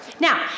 Now